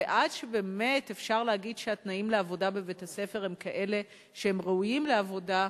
ועד שבאמת אפשר להגיד שהתנאים לעבודה בבית-הספר הם כאלה שראויים לעבודה,